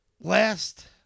Last